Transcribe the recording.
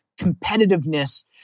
competitiveness